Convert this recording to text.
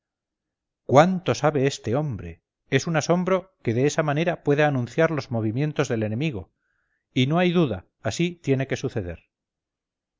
cuánto sabe este hombre es un asombro que de esa manera pueda anunciar los movimientos del enemigo y no hay duda así tiene que suceder